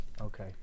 Okay